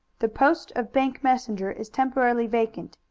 the post of bank messenger is temporarily vacant.